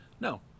No